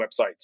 websites